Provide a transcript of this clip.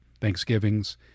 Thanksgivings